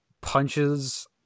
punches